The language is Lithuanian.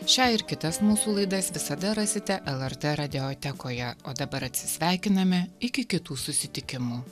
šią ir kitas mūsų laidas visada rasite lrt radiotekoje o dabar atsisveikiname iki kitų susitikimų